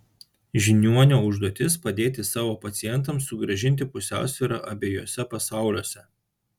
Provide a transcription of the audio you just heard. žiniuonio užduotis padėti savo pacientams sugrąžinti pusiausvyrą abiejuose pasauliuose